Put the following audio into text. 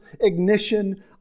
ignition